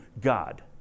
God